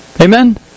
Amen